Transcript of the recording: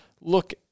look